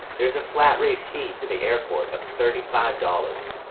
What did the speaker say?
there is a flat rate fee to the airport of thirty five dollars.